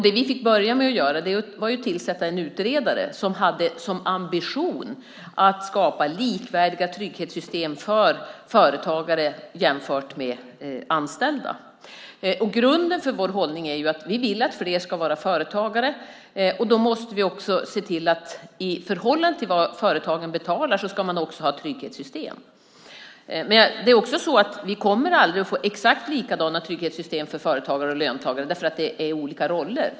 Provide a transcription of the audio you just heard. Det vi fick börja med att göra var att tillsätta en utredare som hade som ambition att skapa likvärdiga trygghetssystem för företagare och anställda. Grunden för vår hållning är att vi vill att fler ska vara företagare, och då måste vi se till att företagaren ska ha ett trygghetssystem i förhållande till vad företagaren betalar. Vi kommer dock aldrig att ha exakt likadana trygghetssystem för företagare och löntagare därför att det är olika roller.